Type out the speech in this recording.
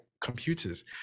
computers